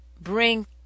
bring